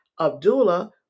abdullah